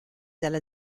dalla